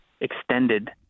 extended